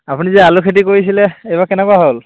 আপুনি যে আলু খেতি কৰিছিলে এইবাৰ কেনেকুৱা হ'ল